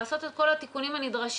לעשות את כל התיקונים הנדרשים,